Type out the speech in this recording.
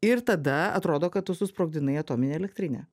ir tada atrodo kad tu susprogdinai atominę elektrinę